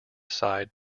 side